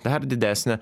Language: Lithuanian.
dar didesnę